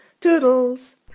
Toodles